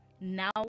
Now